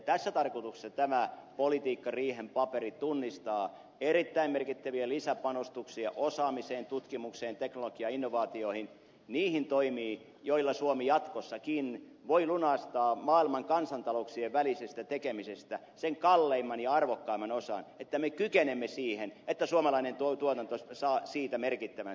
tässä tarkoituksessa tämä politiikkariihen paperi tunnistaa erittäin merkittäviä lisäpanostuksia osaamiseen tutkimukseen teknologiainnovaatioihin niihin toimiin joilla suomi jatkossakin voi lunastaa maailman kansantalouksien välisestä tekemisestä sen kalleimman ja arvokkaimman osan että me kykenemme siihen että suomalainen tuotanto saa siitä merkittävän siivun